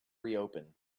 reopen